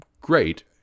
great